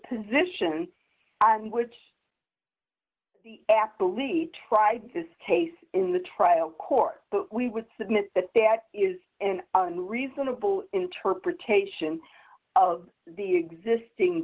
position on which the apple each tried this case in the trial court but we would submit that that is in reasonable interpretation of the existing